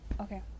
okay